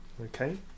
Okay